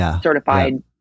certified